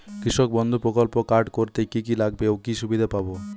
কৃষক বন্ধু প্রকল্প কার্ড করতে কি কি লাগবে ও কি সুবিধা পাব?